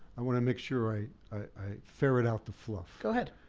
i wanna make sure i i ferret out the fluff. go ahead.